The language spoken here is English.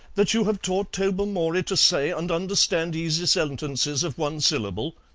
that you have taught tobermory to say and understand easy sentences of one syllable?